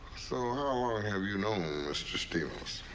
so, how long have you known mr. stevens?